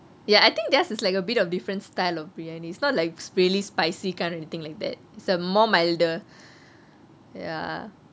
ya I think theirs is like a bit of different style of briyani it's not like really spicy kind of anything like that it's a more milder ya